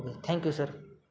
okay thank you sir